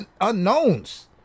unknowns